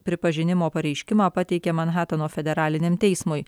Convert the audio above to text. pripažinimo pareiškimą pateikė manhetano federaliniam teismui